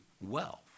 wealth